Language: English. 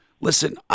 listen